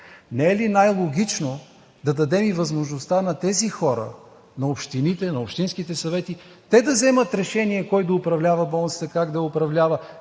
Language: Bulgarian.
Не е ли най-логично да дадем възможността на тези хора – на общините, на общинските съвети, те да вземат решение кой да управлява болницата, как да я управлява,